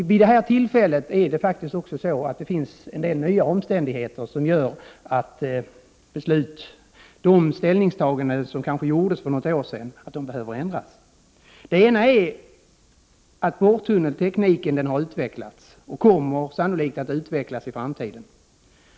I dag är det faktiskt så att det finns en del nya omständigheter som gör att de ställningstaganden som kanske gjordes för något år sedan behöver omprövas. En omständighet är att borrtunneltekniken har utvecklats och sannolikt kommer att utvecklas i framtiden.